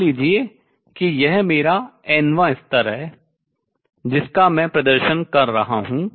मान लीजिए कि यह मेरा n वां स्तर है जिसका मैं प्रदर्शन कर रहा हूँ